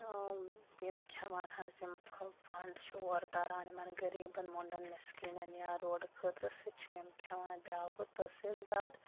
یِم کھٮ۪وان حظ یِم فنڈ چھِ اورٕ تَران یِمَن غریٖبَن مۄنڈَن مِسکیٖنَن یا روڈٕ خٲطرٕ سُہ تہِ چھِ یِم کھٮ۪وان بیٛاکھ گوٚو تحصیٖل دار